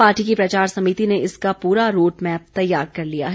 party की प्रचार समिति ने इसका पूरा रोड मैप तैयार कर लिया है